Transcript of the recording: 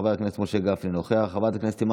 חבר כנסת משה גפני,